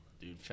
Dude